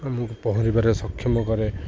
ଆମକୁ ପହଁରିବାରେ ସକ୍ଷମ କରେ